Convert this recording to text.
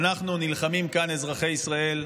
אנחנו נלחמים כאן, אזרחי ישראל.